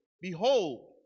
Behold